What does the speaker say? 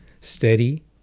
steady